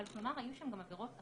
אבל היו שם גם עבירות אחרות,